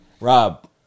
Rob